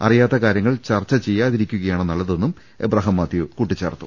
അറിയാത്ത കാര്യങ്ങൾ ചർച്ച ചെയ്യാതിരിക്കുകയാണ് നല്ല തെന്നും എബ്രഹാം മാത്യു കൂട്ടിച്ചേർത്തു